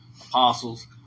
apostles